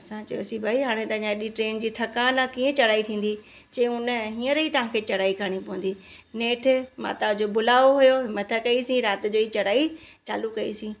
असां चयोसि भाई हाणे त अञा एॾी ट्रेन जी थकान आहे कीअं चढ़ाई थींदी चयूं न हीअंर ई तव्हांखे चढ़ाई करिणी पवंदी नेठि माता जो बुलावो हुयो मथां कईंसीं राति जो ई चढ़ाई चालू कईसीं